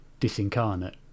disincarnate